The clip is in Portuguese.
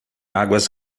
águas